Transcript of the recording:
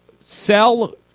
sell